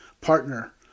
partner